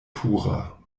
pura